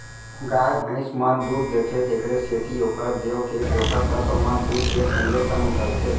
गाय भइंस मन दूद देथे तेकरे सेती ओकर देंव के पोसक तत्व मन दूद के संगे संग निकलथें